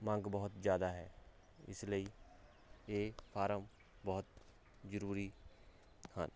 ਮੰਗ ਬਹੁਤ ਜ਼ਿਆਦਾ ਹੈ ਇਸ ਲਈ ਇਹ ਫਾਰਮ ਬਹੁਤ ਜ਼ਰੂਰੀ ਹਨ